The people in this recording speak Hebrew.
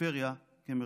פריפריה כמרכז,